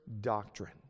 doctrine